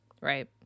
Right